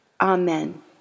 Amen